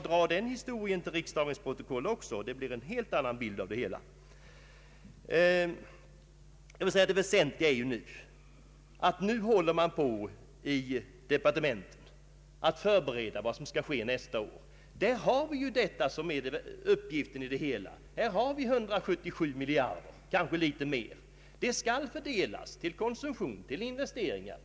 Drag den historien till riksdagens protokoll också! Då blir det en helt annan bild av det hela. Det väsentliga är att man nu i departementet håller på att förbereda vad som skall ske nästa år. Här har vi 177 miljarder, kanske litet mer, som skall fördelas till konsumtion och investeringar.